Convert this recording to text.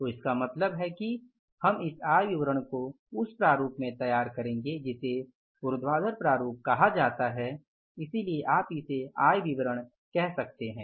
तो इसका मतलब है कि हम इस आय विवरण को उस प्रारूप में तैयार करेंगे जिसे ऊर्ध्वाधर प्रारूप कहा जाता है इसलिए आप इसे आय विवरण कह सकते हैं